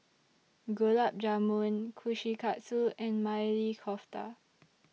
Gulab Jamun Kushikatsu and Maili Kofta